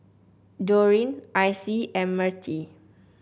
Doreen Icie and Mertie